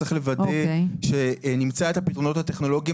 צריך לוודא שנמצא את הפתרונות הטכנולוגיים